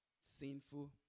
sinful